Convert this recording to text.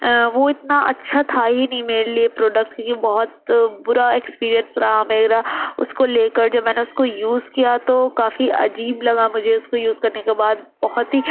وہ اتنا اچھا تھا ہی نہیں میرے لیے پروڈکٹ یہ بہت برا ایکسپیرینس رہا میرا اس کو لے کر جب میں نے اس کو یوز کیا تو کافی عجیب لگا مجھے اس کو یوز کرنے کے بعد بہت ہی